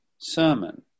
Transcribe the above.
sermon